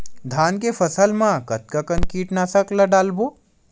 धान के फसल मा कतका कन कीटनाशक ला डलबो?